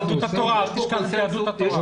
אל תשכח את יהדות התורה.